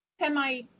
semi